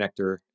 connector